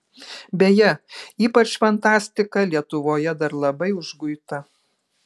beje ypač fantastika lietuvoje dar labai užguita